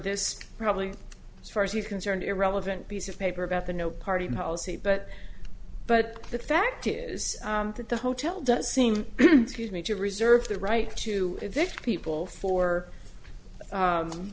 this probably as far as he's concerned irrelevant piece of paper about the no party policy but but the fact is that the hotel does seem to me to reserve the right to evict people for